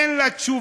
אין לה תשובה.